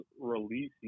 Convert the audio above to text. releasing